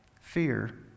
Fear